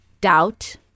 doubt